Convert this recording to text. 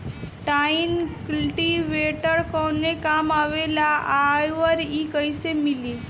Tine cultivator कवने काम आवेला आउर इ कैसे मिली?